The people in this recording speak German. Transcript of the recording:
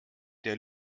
der